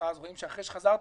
אחרי שחזרת,